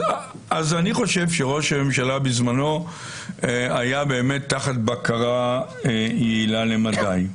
אז אני חושב שראש הממשלה בזמנו היה באמת תחת בקרה יעילה למדי.